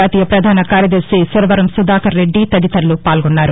జాతీయ ప్రధాన కార్యదర్శి సురవరం సుధాకర రెడ్డి తదితరులు పాల్గొన్నారు